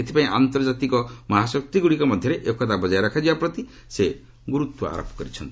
ଏଥିପାଇଁ ଆନ୍ତର୍ଜାତିକ ମହାଶକ୍ତିଗୁଡ଼ିକ ମଧ୍ୟରେ ଏକତା ବଜାୟ ରଖାଯିବା ପ୍ରତି ସେ ଗୁରୁତ୍ୱ ଆରୋପ କରିଛନ୍ତି